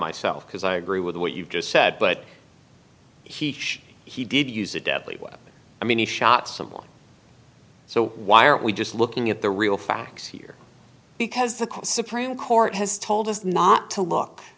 myself because i agree with what you just said but he he did use a deadly weapon i mean he shot someone so why aren't we just looking at the real facts here because the course supreme court has told us not to look